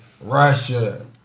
Russia